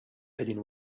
qegħdin